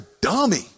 dummy